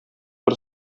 бер